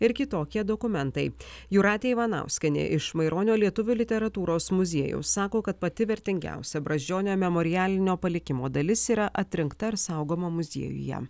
ir kitokie dokumentai jūratė ivanauskienė iš maironio lietuvių literatūros muziejaus sako kad pati vertingiausia brazdžionio memorialinio palikimo dalis yra atrinkta ir saugoma muziejuje